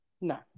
No